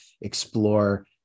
explore